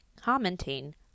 commenting